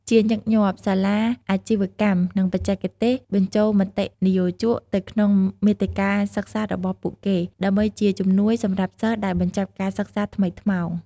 ជាញឹកញាប់ សាលាអាជីវកម្ម និងបច្ចេកទេសបញ្ចូលមតិនិយោជកទៅក្នុងមាតិកាសិក្សារបស់ពួកគេ ដើម្បីជាជំនួយសម្រាប់សិស្សដែលបញ្ចប់ការសិក្សាថ្មីថ្មោង។។